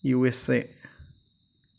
U S A